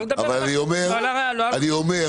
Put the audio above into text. אפשר להגדיר שזה לא קו העוני לשיטתנו אבל בהינתן שאנו לוקחים